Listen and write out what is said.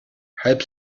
halb